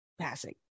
passing